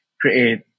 create